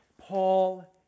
Paul